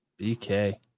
BK